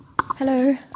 hello